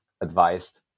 advised